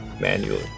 manually